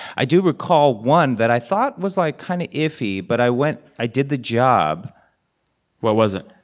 i do recall one that i thought was, like, kind of iffy. but i went i did the job what was it?